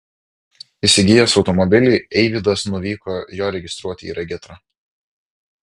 įsigijęs automobilį eivydas nuvyko jo registruoti į regitrą